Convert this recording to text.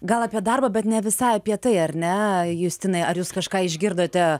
gal apie darbą bet ne visai apie tai ar ne justinai ar jūs kažką išgirdote